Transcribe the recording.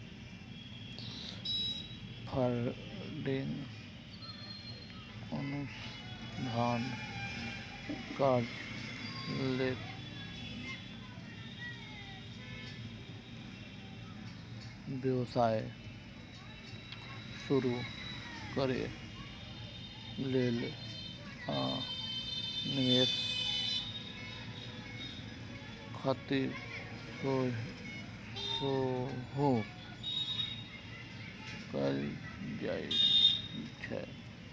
funding अनुसंधान कार्य लेल, व्यवसाय शुरू करै लेल, आ निवेश खातिर सेहो कैल जाइ छै